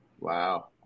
Wow